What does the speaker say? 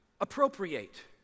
appropriate